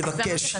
נבקש,